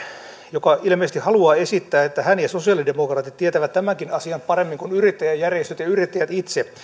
joka ilmeisesti haluaa esittää että hän ja sosialidemokraatit tietävät tämänkin asian paremmin kuin yrittäjäjärjestöt ja yrittäjät itse